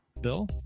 Bill